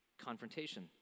confrontation